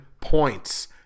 points